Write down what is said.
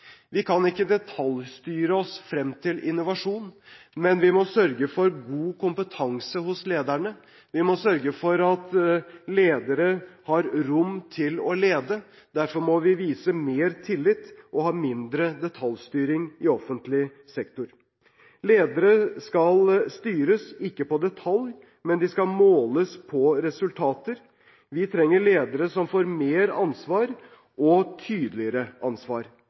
Vi kan ikke detaljstyre oss frem til innovasjon, men vi må sørge for god kompetanse hos lederne. Vi må sørge for at ledere har rom til å lede, derfor må vi vise mer tillit og ha mindre detaljstyring i offentlig sektor. Ledere skal ikke styres på detaljer, men de skal måles på resultater. Vi trenger ledere som får mer ansvar og tydeligere ansvar.